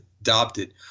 adopted